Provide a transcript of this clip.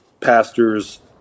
pastors